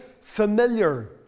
familiar